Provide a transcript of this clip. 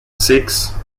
six